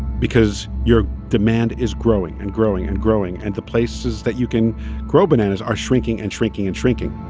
because your demand is growing and growing and growing, and the places that you can grow bananas are shrinking and shrinking and shrinking